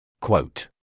Quote